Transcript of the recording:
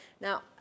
Now